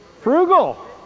Frugal